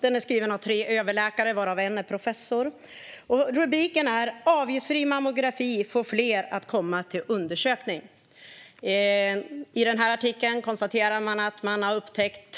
Den är skriven av tre överläkare, varav en är professor. Rubriken är: Avgiftsfri mammografi får fler att komma till undersökning. I artikeln konstaterar man att man har upptäckt